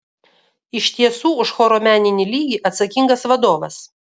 iš tiesų už choro meninį lygį atsakingas vadovas